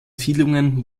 siedlungen